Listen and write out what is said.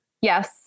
Yes